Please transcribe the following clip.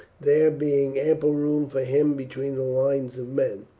there being ample room for him between the lines of men.